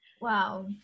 Wow